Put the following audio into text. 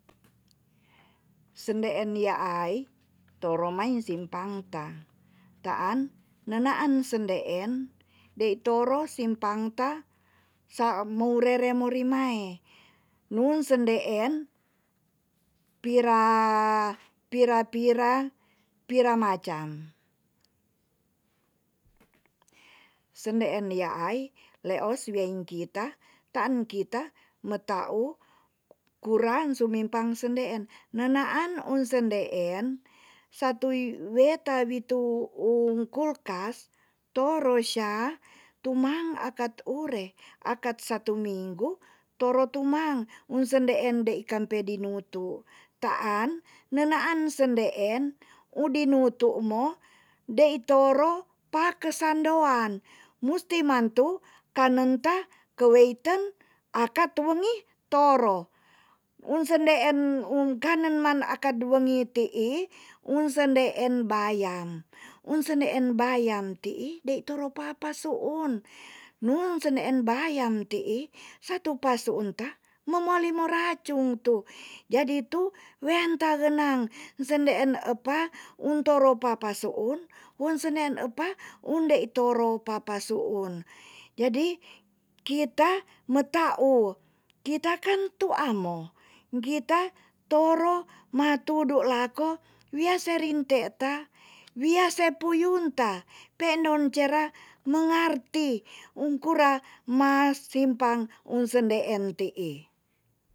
Sendeen yaai toro mai simpang ta taan nenaan sendeen dei toro simpang ta sa murere mo rimae. nun sendeen pira-pira pira pira macam sendeen yaai leos wiaing kita taan kita meta u kurang sumipan sendeen nenaan un sendeen satuy weta witu ung kulkas toro sya tumang akat ure. akat satu minggu toro tumang ung sendeen dei kampe dinut tu taan nenaan sendeen u dinutu mo dei toro pake sandoan musti man tu kanen ta keweiten akat wengi toro un sendeen ung kanen man akad wengi tii un sendeen bayam un sendeen bayam tii dei turu papa suun nun sendeen bayam tii satu pasuun ta mamoali mo racung tu jadi tu wean ta genang sendeen epa untoro papa suun won sendeen epa un dei toro papa suun jadi kita meta u kita kan tua mo gita toro ma tudu lako wia serinte ta wia se puyun ta pendon cera mengarti ung kura ma simpang un sendeen tii